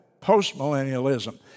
post-millennialism